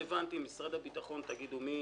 מבחינת הממונה, או מי מטעמו.